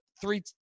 Three